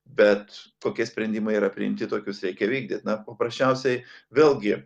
bet kokie sprendimai yra priimti tokius reikia vykdyt na paprasčiausiai vėlgi